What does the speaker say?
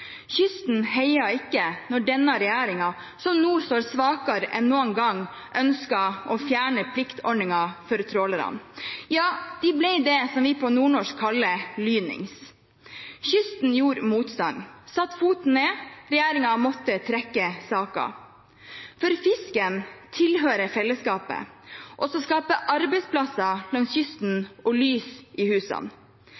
Kysten heiet ikke da denne regjeringen, som nå står svakere enn noen gang, ønsket å fjerne pliktordningen for trålerne. De ble det som vi på nordnorsk kaller «lynings». Kysten gjorde motstand, satte foten ned, regjeringen måtte trekke saken. For fisken tilhører fellesskapet og skal skape arbeidsplasser langs kysten